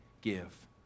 give